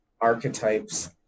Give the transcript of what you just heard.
archetypes